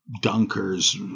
Dunkers